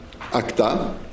ACTA